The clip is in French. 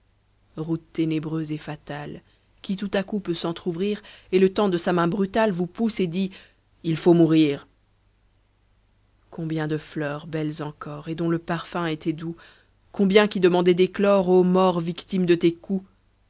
route ténébreuse et fatale qui tout à coup peut s'entr'ouvrir et le temps de sa main brutale vous pousse et dit il faut mourir combien de fleurs belles encore et dont le parfum était doux combien qui demandaient d'éclore o mort victimes de tes coups